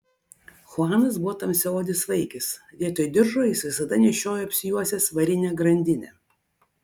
chuanas buvo tamsiaodis vaikis vietoj diržo jis visada nešiojo apsijuosęs varinę grandinę